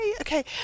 Okay